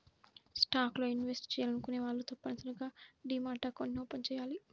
stocks లో invest చెయ్యాలనుకునే వాళ్ళు తప్పనిసరిగా డీమ్యాట్ అకౌంట్ని ఓపెన్ చెయ్యాలి